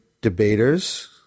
Debaters